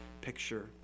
picture